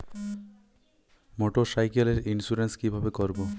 মোটরসাইকেলের ইন্সুরেন্স কিভাবে করব?